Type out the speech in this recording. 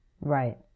Right